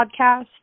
podcast